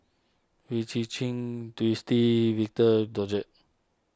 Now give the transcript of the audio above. Wee Ji Jin Twisstii Victor Doggett